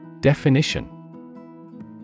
Definition